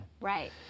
Right